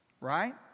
right